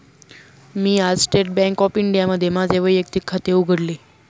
मी आज state bank of इंडियामध्ये माझे वैयक्तिक खाते उघडले